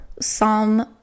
Psalm